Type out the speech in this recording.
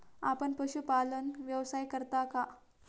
आपण पशुपालन व्यवसाय करता का?